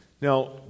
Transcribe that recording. Now